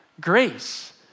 Grace